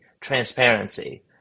transparency